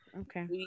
Okay